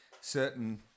certain